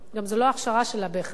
גם זו לא ההכשרה שלה, בהכרח.